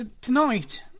tonight